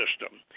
system